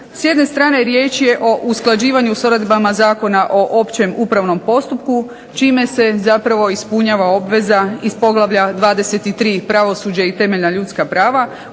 S jedne strane riječ je o usklađivanju s odredbama Zakona o općem upravnom postupku čime se zapravo ispunjava obveza iz poglavlja 23. – Pravosuđe i temeljna ljudska prava